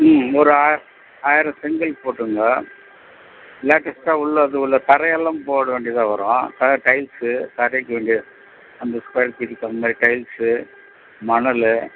ம் ஒரு ஆய ஆயிரம் செங்கல் போட்டுருங்க லேட்டஸ்ட்டாக உள்ளே அது உள்ள தரையெல்லாம் போட வேண்டியதாக வரும் டைல்ஸு தரைக்கு வேண்டிய அந்த ஸ்கொயர் ஃபீட்டுக்கு அந்த மாதிரி டைல்ஸு மணல்